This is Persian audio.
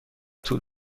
طول